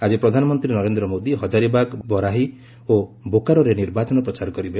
ଆଜି ପ୍ରଧାନମନ୍ତ୍ରୀ ନରେନ୍ଦ୍ର ମୋଦି ହଜାରୀବାଗ୍ ବରାହୀ ଓ ବୋକାରୋରେ ନିର୍ବାଚନ ପ୍ରଚାର କରିବେ